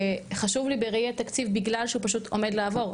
חשוב לי בראי התקציב בגלל שהוא פשוט עומד לעבור.